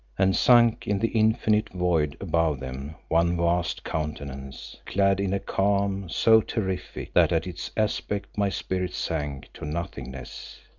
and sunk in the infinite void above them one vast countenance clad in a calm so terrific that at its aspect my spirit sank to nothingness.